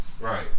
right